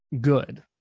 good